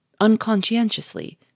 unconscientiously